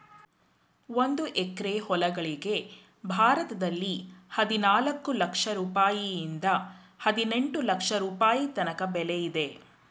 ಒಂದು ಎಕರೆ ಹೊಲಗಳಿಗೆ ಭಾರತದಲ್ಲಿ ಹದಿನಾಲ್ಕು ಲಕ್ಷ ರುಪಾಯಿಯಿಂದ ಹದಿನೆಂಟು ಲಕ್ಷ ರುಪಾಯಿ ತನಕ ಬೆಲೆ ಇದೆ